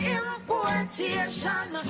importation